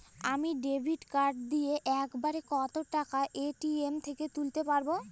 আমি debit card দিয়ে এক বারে কত টাকা এ.টি.এম থেকে তুলতে পারবো?